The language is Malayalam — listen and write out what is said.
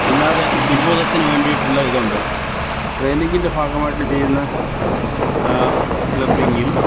അല്ലാതെ വിനോദത്തിന് വേണ്ടിയിട്ടുള്ള ഇതുണ്ട് ട്രെയിനിംഗിൻ്റെ ഭാഗമായിട്ടു ചെയ്യുന്ന ക്ലബിംഗും